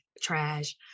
trash